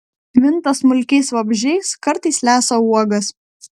minta smulkiais vabzdžiais kartais lesa uogas